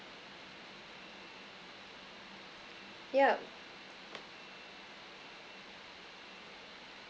yup